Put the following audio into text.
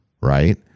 Right